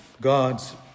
gods